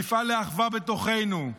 נפעל לאחווה בתוכנו,